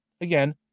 again